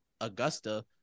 Augusta